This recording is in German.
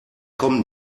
kommen